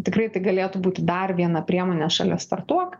tikrai galėtų būti dar viena priemonė šalia startuok